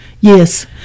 Yes